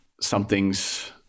something's